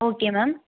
okay ma'am